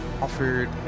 offered